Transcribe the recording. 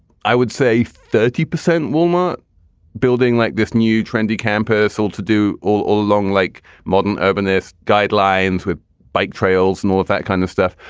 i would say thirty percent wal-mart building, like this new trendy campus, all to do all all along, like modern urbanist guidelines with bike trails north, that kind of stuff.